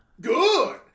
Good